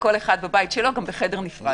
וכל אחד בבית שלו ובחדר נפרד.